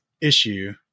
issue